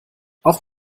auch